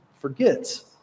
forgets